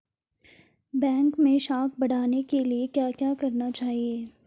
Bank मैं साख बढ़ाने के लिए क्या क्या करना चाहिए?